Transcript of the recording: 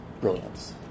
brilliance